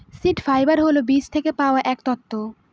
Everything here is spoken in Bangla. সীড ফাইবার হল বীজ থেকে পাওয়া এক তন্তু